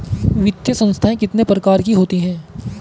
वित्तीय संस्थाएं कितने प्रकार की होती हैं?